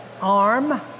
arm